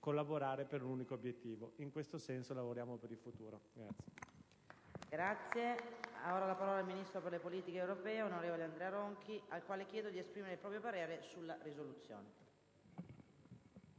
collaborare per un unico obiettivo. In questo senso, lavoriamo per il futuro.